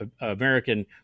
american